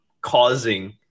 causing